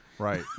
Right